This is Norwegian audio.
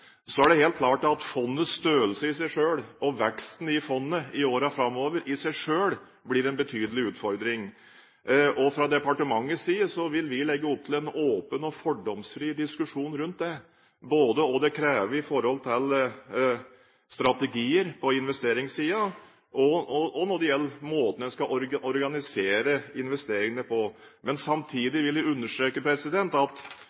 Så er det helt klart at fondets størrelse og veksten i fondet i årene framover i seg selv blir en betydelig utfordring. Fra departementets side vil vi legge opp til en åpen og fordomsfri diskusjon rundt det, både om hva det krever i forhold til strategier på investeringssiden, og når det gjelder måten en skal organisere investeringene på. Men samtidig vil jeg understreke at